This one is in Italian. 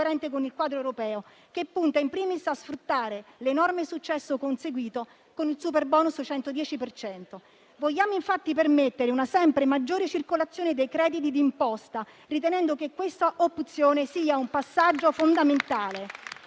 con il quadro europeo, che punta *in primis* a sfruttare l'enorme successo conseguito con il superbonus del 110 per cento. Vogliamo infatti permettere una sempre maggiore circolazione dei crediti di imposta, ritenendo che questa opzione sia un passaggio fondamentale.